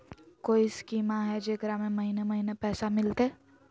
कोइ स्कीमा हय, जेकरा में महीने महीने पैसा मिलते?